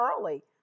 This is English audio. early